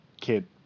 kid